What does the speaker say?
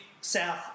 South